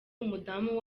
umudamu